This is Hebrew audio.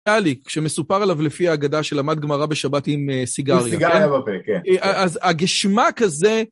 כשמסופר עליו לפי ההגדה שלמד גמרא בשבת עם סיגריה. עם סיגריה בפה, כן. אז הגשמק כזה...